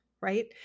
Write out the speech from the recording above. right